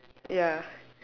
ya